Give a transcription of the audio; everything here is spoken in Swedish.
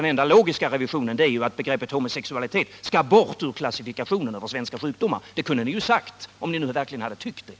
Den enda logiska revisionen är ju att begreppet homosexualitet tas bort ur Klassifikation över svenska sjukdomar, och det kunde ni i utskottet ha utta! 'at, om ni nu verkligen hade tyckt så.